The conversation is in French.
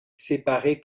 séparé